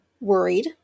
worried